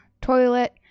toilet